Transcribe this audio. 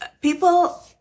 people